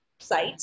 site